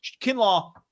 Kinlaw